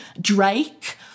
Drake